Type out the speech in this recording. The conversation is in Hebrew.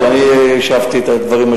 אבל אני השבתי את הדברים,